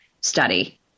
study